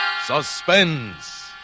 Suspense